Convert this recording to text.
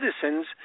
citizens